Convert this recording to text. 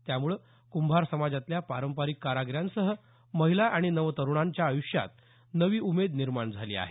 त्यामुळे कुंभार समाजातल्या पारंपारिक कारागिरांसह महिला आणि नव तरूणांच्या आयुष्यात नवी उमेद निर्माण झाली आहे